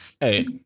Hey